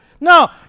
No